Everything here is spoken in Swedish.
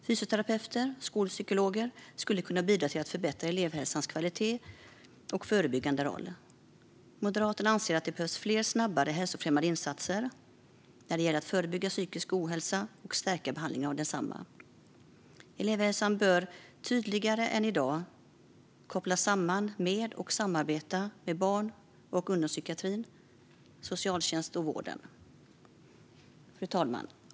Fysioterapeuter och skolpsykologer skulle kunna bidra till att förbättra elevhälsans kvalitet och förebyggande roll. Moderaterna anser att det behövs fler och snabbare hälsofrämjande insatser när det gäller att förebygga psykisk ohälsa och stärka behandlingen av densamma. Elevhälsan bör tydligare än i dag kopplas samman med och samarbeta med barn och ungdomspsykiatrin, socialtjänsten och vården. Fru talman!